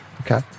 Okay